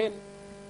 לכן